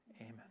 amen